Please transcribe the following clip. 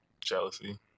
Jealousy